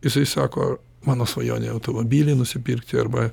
jisai sako mano svajonė automobilį nusipirkti arba